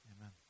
Amen